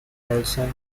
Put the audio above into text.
nelson